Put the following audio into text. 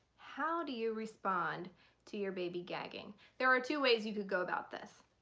how do you respond to your baby gagging? there are two ways you could go about this.